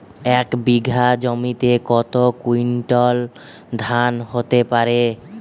এক বিঘা জমিতে কত কুইন্টাল ধান হতে পারে?